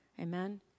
Amen